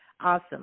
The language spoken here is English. Awesome